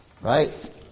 right